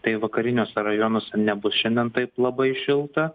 tai vakariniuose rajonuose nebus šiandien taip labai šilta